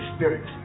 Spirit